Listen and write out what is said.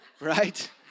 right